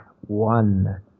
one